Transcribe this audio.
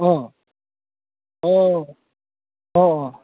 অঁ অঁ অঁ অঁ অঁ